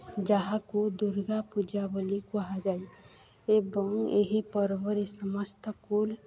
ଯାହାକୁ ଦୂର୍ଗାପୂଜା ବୋଲି କୁହାଯାଏ ଏବଂ ଏହି ପର୍ବରେ ସମସ୍ତ ସ୍କୁଲ୍